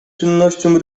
czynnością